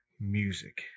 music